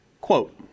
Quote